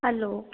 hello